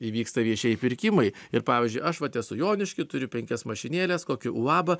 įvyksta viešieji pirkimai ir pavyzdžiui aš vat esu jonišky turiu penkias mašinėles kokį uabą